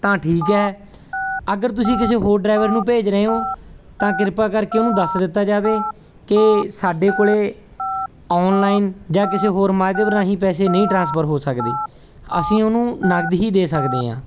ਤਾਂ ਠੀਕ ਹੈ ਅਗਰ ਤੁਸੀਂ ਕਿਸੇ ਹੋਰ ਡਰੈਵਰ ਨੂੰ ਭੇਜ ਰਹੇ ਹੋ ਤਾਂ ਕਿਰਪਾ ਕਰਕੇ ਉਹਨੂੰ ਦੱਸ ਦਿੱਤਾ ਜਾਵੇ ਕਿ ਸਾਡੇ ਕੋਲ ਔਨਲਾਈਨ ਜਾਂ ਕਿਸੇ ਹੋਰ ਮਾਧਿਅਮ ਰਾਹੀਂ ਪੈਸੇ ਨਹੀਂ ਟ੍ਰਾਂਸਫਰ ਹੋ ਸਕਦੇ ਅਸੀਂ ਉਹਨੂੰ ਨਕਦ ਹੀ ਦੇ ਸਕਦੇ ਹਾਂ